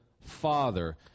father